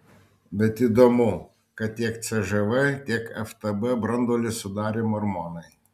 bet įdomu kad tiek cžv tiek ftb branduolį sudarė mormonai